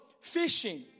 fishing